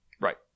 right